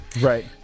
right